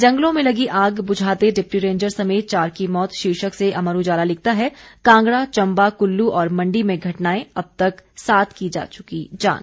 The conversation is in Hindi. जंगलों में लगी आग बुझाते डिप्टी रेंजर समेत चार की मौत शीर्षक से अमर उजाला लिखता है कांगड़ा चंबा कुल्लू और मंडी में घटनाएं अब तक सात की जा चुकी जान